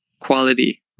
quality